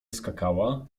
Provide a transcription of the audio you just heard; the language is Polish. skakała